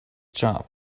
job